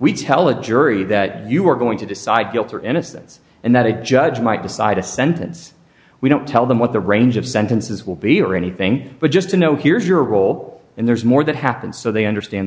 we tell a jury that you are going to decide guilt or innocence and that a judge might decide a sentence we don't tell them what the range of sentences will be or anything but just to know here's your role and there's more that happened so they understand the